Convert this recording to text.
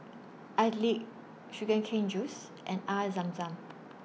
Idly Sugar Cane Juice and Air Zam Zam